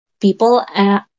People